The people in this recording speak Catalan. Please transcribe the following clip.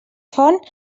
font